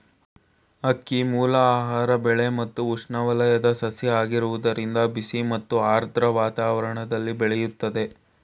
ಅಕ್ಕಿಮೂಲ ಆಹಾರ ಬೆಳೆ ಮತ್ತು ಉಷ್ಣವಲಯದ ಸಸ್ಯ ಆಗಿರೋದ್ರಿಂದ ಬಿಸಿ ಮತ್ತು ಆರ್ದ್ರ ವಾತಾವರಣ್ದಲ್ಲಿ ಬೆಳಿತದೆ